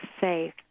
safe